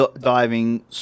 diving